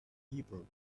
people